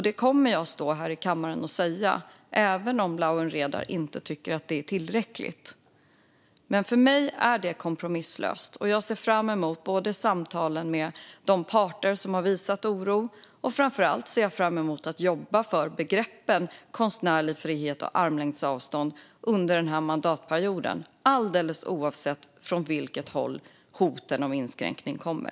Det kommer jag att stå här i kammaren och säga även om Lawen Redar inte tycker att det är tillräckligt. För mig är det kompromisslöst, och jag ser fram emot samtalen med de parter som visat oro. Framför allt ser jag fram emot att jobba för begreppen konstnärlig frihet och armlängds avstånd under den här mandatperioden, alldeles oavsett från vilket håll hoten om inskränkning kommer.